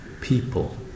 people